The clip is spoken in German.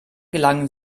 gelangen